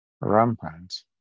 rampant